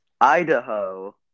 Idaho